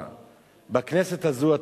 בכנסת הזאת,